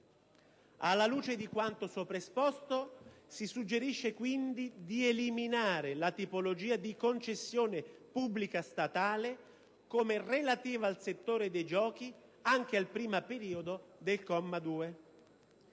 Alla luce di quanto sopra esposto, si suggerisce quindi di delimitare la tipologia di concessione pubblica statale, come relativa al settore dei giochi, anche al primo periodo del comma 2.